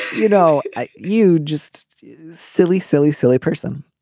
you know you just silly silly silly person.